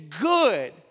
good